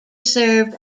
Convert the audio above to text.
served